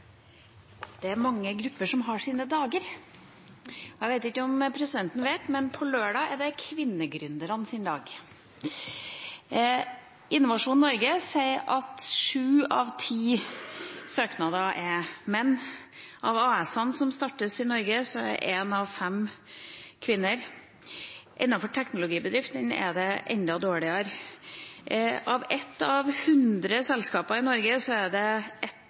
mange grupper som har sine «dager». Jeg vet ikke om presidenten vet det, men på lørdag er det kvinnegründernes dag. Innovasjon Norge sier at sju av ti søknader er fra menn, og av dem som starter AS-er i Norge, er én av fem kvinner. Innenfor teknologibedriftene står det enda dårligere til. Av hundre selskap i Norge er det ett